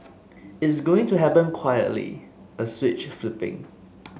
it's going to happen quietly a switch flipping